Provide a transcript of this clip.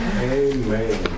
Amen